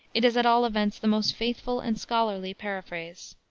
it is at all events the most faithful and scholarly paraphrase.